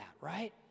right